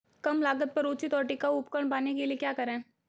कम लागत पर उचित और टिकाऊ उपकरण पाने के लिए क्या करें?